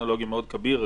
משהו טכנולוגי מאוד כביר,